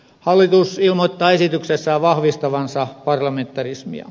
hallitus ilmoittaa esityksessään vahvistavansa parlamentarismia